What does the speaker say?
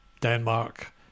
Denmark